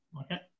Okay